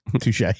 Touche